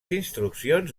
instruccions